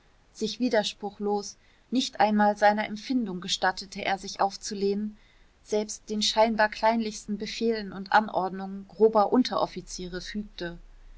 sich widerspruchslos nicht einmal seiner empfindung gestattete er sich aufzulehnen selbst den scheinbar kleinlichsten befehlen und anordnungen grober unteroffiziere fügte